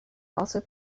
also